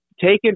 taken